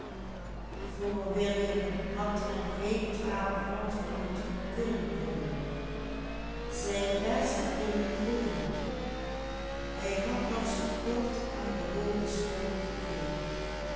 beste vrienden droegen hem hij had nog zoo kort aan de hoogeschool verkeerd